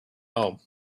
home